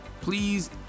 please